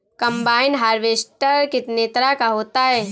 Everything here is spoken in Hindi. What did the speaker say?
कम्बाइन हार्वेसटर कितने तरह का होता है?